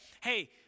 hey